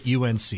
UNC